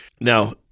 Now